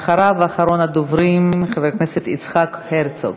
ואחריו, אחרון הדוברים, חבר הכנסת יצחק הרצוג.